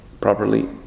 properly